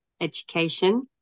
Education